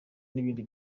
n’ibindi